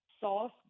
Sauce